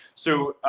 so